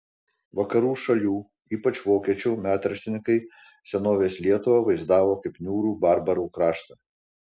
vakarų šalių ypač vokiečių metraštininkai senovės lietuvą vaizdavo kaip niūrų barbarų kraštą